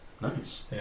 Nice